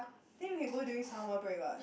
then we can go during summer break what